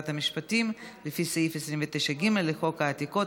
המשפטים לפי סעיף 29(ג) לחוק העתיקות,